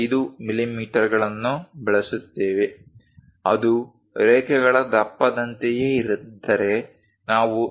5 ಮಿಲಿಮೀಟರ್ಗಳನ್ನು ಬಳಸುತ್ತೇವೆ ಅದು ರೇಖೆಗಳ ದಪ್ಪದಂತೆಯೇ ಇದ್ದರೆ ನಾವು 0